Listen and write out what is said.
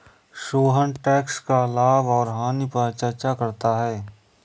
Sohan tax का लाभ और हानि पर चर्चा करता है